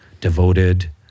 devoted